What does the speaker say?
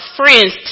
friends